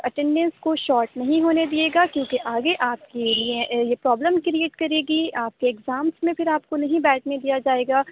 attendance کو short نہیں ہونے دیے گا کیوںکہ آگے آپ کے لیے یہ پرابلم کریٹ کرے گی آپ کے ایگزامس میں پھر آپ کو نہیں بیٹھنے دیا جائے گا